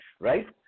right